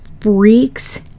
freaks